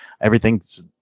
everything's